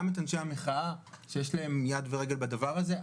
את אנשי המחאה שיש להם יד ורגל בדבר הזה.